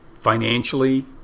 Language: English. Financially